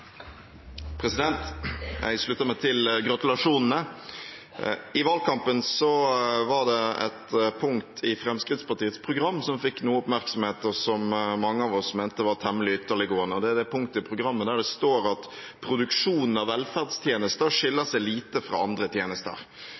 Jeg slutter meg til gratulasjonene. I valgkampen var det ett punkt i Fremskrittspartiets program som fikk noe oppmerksomhet, og som mange av oss mente var temmelig ytterliggående. Det er det punktet der det står at «produksjonen av velferdstjenester skiller seg lite fra andre tjenester».